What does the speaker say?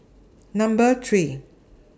Number three